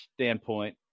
standpoint